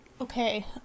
Okay